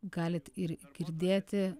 galit ir girdėti